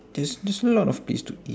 there's there's a lot of place to eat